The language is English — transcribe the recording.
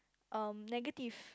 um negative